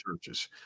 churches